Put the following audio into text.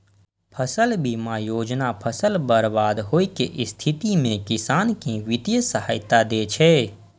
फसल बीमा योजना फसल बर्बाद होइ के स्थिति मे किसान कें वित्तीय सहायता दै छै